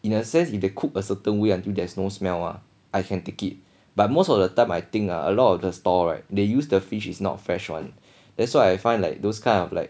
in a sense if they cook a certain way until there is no smell ah I can take it but most of the time I think a lot of the stall right they use the fish is not fresh one that's why I find like those kind of like